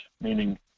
meaning